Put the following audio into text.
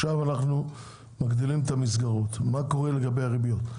עכשיו אנחנו מגדירים את המסגרות מה קורה לגבי הריביות?